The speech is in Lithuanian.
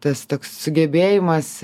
tas toks sugebėjimas